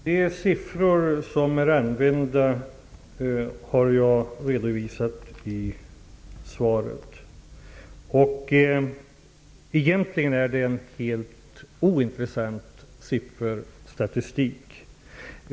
Fru talman! De siffror som är använda har jag redovisat i svaret. Egentligen är detta en helt ointressant statistik.